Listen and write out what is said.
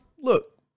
look